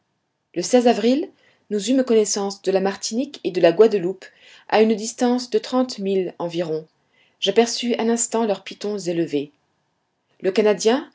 le avril nous eûmes connaissance de la martinique et de la guadeloupe à une distance de trente milles environ j'aperçus un instant leurs pitons élevés le canadien